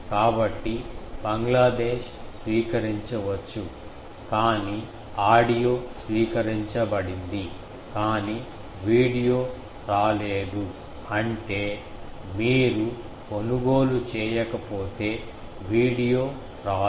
కాబట్టి బంగ్లాదేశ్ స్వీకరించవచ్చు కానీ ఆడియో స్వీకరించబడింది కానీ వీడియో రాలేదు అంటే మీరు కొనుగోలు చేయకపోతే వీడియో రాదు